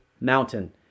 mountain